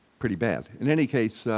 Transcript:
pretty bad. in any case,